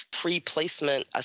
pre-placement